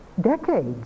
decades